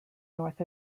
north